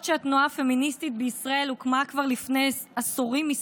שהתנועה הפמיניסטית בישראל הוקמה כבר לפני כמה עשורים,